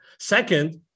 Second